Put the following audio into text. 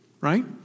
right